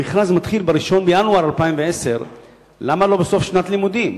המכרז מתחיל ב-1 בינואר 2010. למה לא בסוף שנת לימודים?